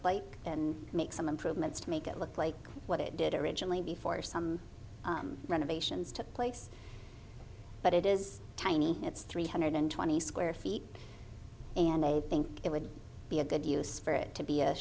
like and make some improvements to make it look like what it did originally before some renovations took place but it is tiny it's three hundred twenty square feet and they think it would be a good use for it to be a